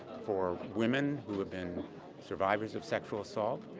for women who have been survivors of sexual assault,